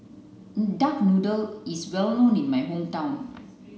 duck noodle is well known in my hometown